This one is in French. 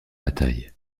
bataille